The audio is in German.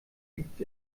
gibt